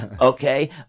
Okay